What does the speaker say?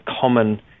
common